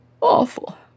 Awful